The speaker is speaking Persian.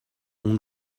اون